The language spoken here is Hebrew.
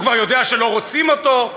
הוא כבר יודע שלא רוצים אותו.